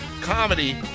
comedy